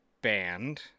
Band